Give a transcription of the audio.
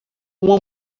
uma